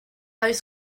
oes